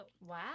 Wow